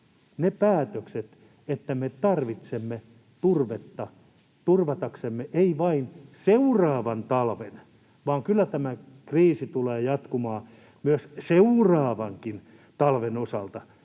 ne päätökset, että me tarvitsemme turvetta turvataksemme ei vain seuraavan talven, vaan kyllä tämä kriisi tulee jatkumaan myös sitä seuraavankin talven osalta,